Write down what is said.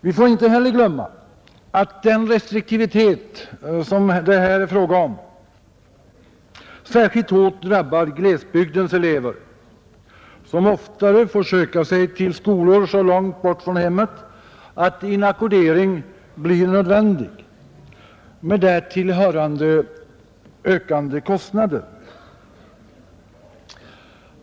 Vi får inte glömma att den restriktivitet, som det är fråga om här, särskilt hårt drabbar glesbygdselever som oftare får söka sig till skolor så långt bort från hemmet att inackordering blir nödvändig vilket medför ökade kostnader.